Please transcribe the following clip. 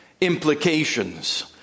implications